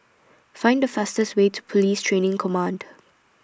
Find The fastest Way to Police Training Command